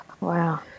wow